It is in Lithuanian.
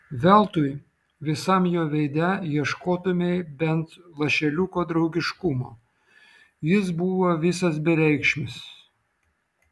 veltui visam jo veide ieškotumei bent lašeliuko draugiškumo jis buvo visas bereikšmis